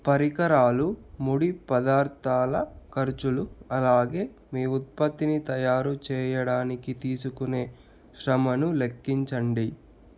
పరికరాలు ముడి పదార్థాల ఖర్చులు అలాగే మీ ఉత్పత్తిని తయారు చేయడానికి తీసుకునే శ్రమను లెక్కించండి